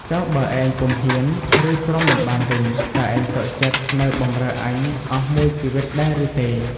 ចុះបើឯង ពុំហ៊ាន ឬ ទ្រាំមិនបានវិញ តើឯងសុខចិត្តនៅបម្រើអញអស់មួយជីវិតដែរឬទេ?។